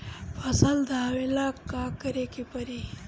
फसल दावेला का करे के परी?